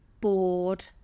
bored